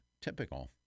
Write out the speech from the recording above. typical